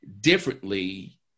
differently